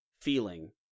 feeling